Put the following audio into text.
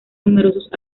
numerosos